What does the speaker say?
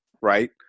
right